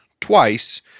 twice